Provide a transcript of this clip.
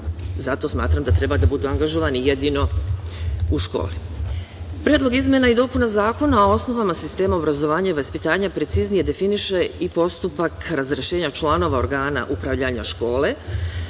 Zato smatram da treba da budu angažovani jedino u školi. Predlog izmena i dopuna Zakona o osnovama sistema obrazovanja i vaspitanja preciznije definiše i postupak razrešenja članova organa upravljanja škole,